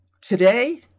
today